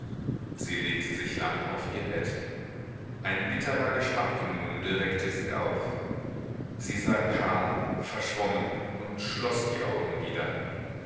sie legte sich lang auf ihr bett ein bitterer geschmack im munde weckte sie auf sie sah karl verschwommen und schloß die augen wieder